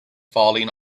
falling